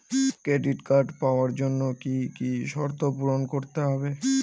Credit card পাওয়ার জন্য কি কি শর্ত পূরণ করতে হবে?